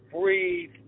breathe